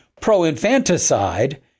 pro-infanticide